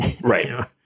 Right